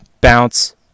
bounce